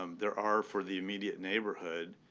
um there are for the immediate neighborhood,